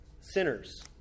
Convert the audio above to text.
sinners